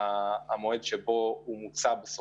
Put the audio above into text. התקציב נבנה הרבה לפני שהוא מבוצע,